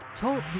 Talk